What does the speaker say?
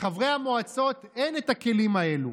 לחברי המועצות אין את הכלים האלה.